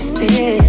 Stay